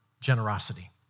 generosity